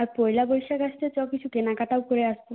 আর পয়লা বৈশাখ আসছে চ কিছু কেনাকাটাও করে আসি